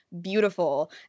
beautiful